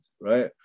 right